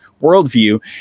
worldview